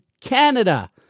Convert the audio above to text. canada